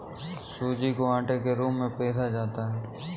सूजी को आटे के रूप में पीसा जाता है